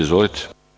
Izvolite.